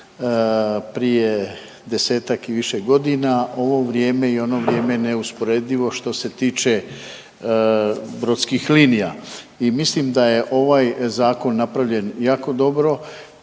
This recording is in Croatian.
prije desetak i više godina ovo vrijeme i ono vrijeme je neusporedivo što se tiče brodskih linija i mislim da je ovaj zakon napravljen jako dobro